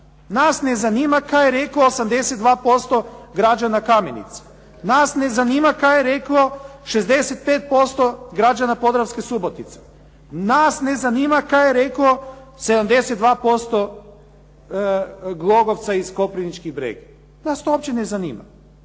nas ne zanima kaj je reklo 82% građana Kamenice, nas ne zanima kaj je reklo 65% građana Podravske Subotice, nas ne zanima kaj je reklo 72% Glogovca iz Koprivnički Bregi. Nas to uopće ne zanima.